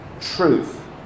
truth